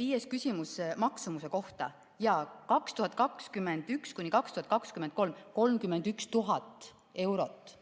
Viies küsimus, maksumuse kohta. Jaa, 2021–2023 – 31 000 eurot